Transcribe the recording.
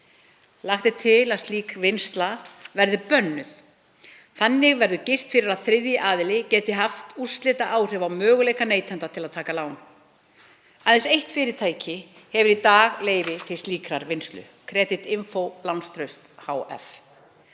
Lagt er til að slík vinnsla verði bönnuð. Þannig verður girt fyrir að þriðji aðili geti haft úrslitaáhrif á möguleika neytenda til að taka lán. Aðeins eitt fyrirtæki hefur í dag leyfi til slíkrar vinnslu, Creditinfo Lánstraust hf.